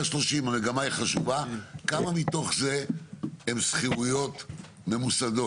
כמה מתוך זה הן שכירויות ממוסדות?